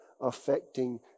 affecting